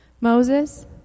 Moses